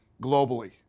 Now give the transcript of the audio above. globally